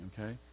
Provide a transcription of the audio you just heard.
okay